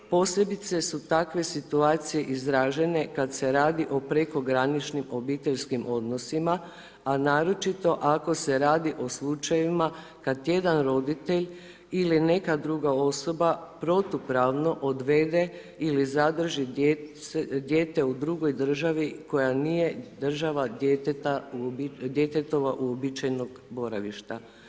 Posebice su takve situacije izražene kad se radi o prekograničnim obiteljskim odnosima a naročito ako se radi o slučajevima kad jedan roditelj ili neka druga osoba protupravno odvede ili zadrži dijete u drugoj državi koja nije država djetetovog uobičajenog boravišta.